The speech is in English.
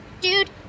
Dude